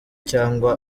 cyangwa